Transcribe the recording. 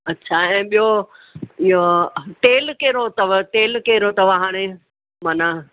अच्छा ऐं ॿियो इहो तेल कहिड़ो अथव तेल कहिड़ो अथव हाणे माना